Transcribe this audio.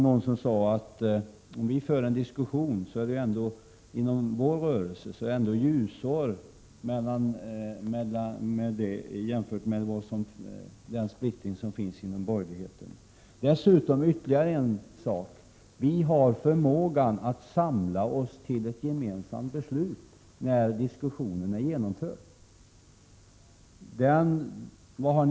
Någon har sagt att splittringen inom vår rörelse skiljer sig med ljusår från splittringen inom borgerligheten. Dessutom: Vi har förmåga att samla oss till ett gemensamt beslut när vi väl har slutfört en diskussion. Men hur är det med er förmåga i det sammanhanget?